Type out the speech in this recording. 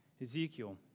Ezekiel